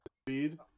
speed